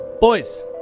boys